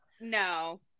No